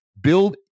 build